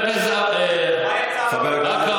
מה יצא,